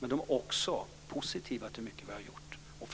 De är också positiva till mycket av det vi har gjort.